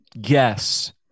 guess